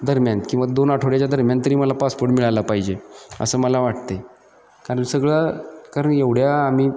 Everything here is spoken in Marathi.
दरम्यान किंवा दोन आठवड्याच्या दरम्यान तरी मला पासपोर्ट मिळाला पाहिजे असं मला वाटतं आहे कारण सगळं कारण एवढ्या आम्ही